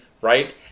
right